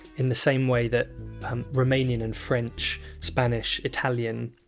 in the same way that romanian and french, spanish, italian,